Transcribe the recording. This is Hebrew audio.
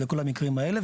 אז לכל המקרים האלה,